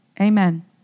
amen